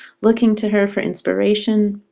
looking to her for inspiration.